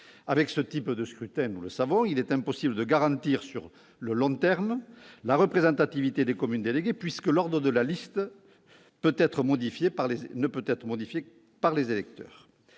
Avec ce type de scrutin, il est impossible de garantir sur le long terme la représentativité des communes déléguées, puisque l'ordre de la liste peut être modifié par les électeurs.